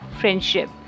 friendship